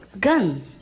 gun